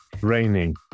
Raining